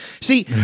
See